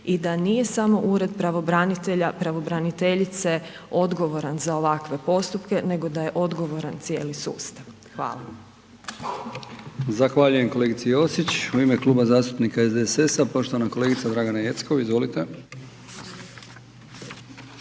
i da nije samo ured pravobranitelja, pravobraniteljice odgovoran za ovakve postupke nego da je odgovoran cijeli sustav. Hvala. **Brkić, Milijan (HDZ)** Zahvaljujem kolegici Josić, u ime Kluba zastupnika SDSS-a poštovana kolegica Dragana Jeckov. Izvolite.